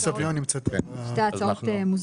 שתי ההצעות מוזגו להצעה אחת.